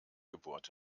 gebohrt